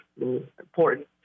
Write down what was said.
important